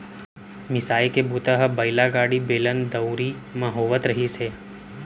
मिसाई के बूता ह बइला गाड़ी, बेलन, दउंरी म होवत रिहिस हे